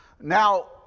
Now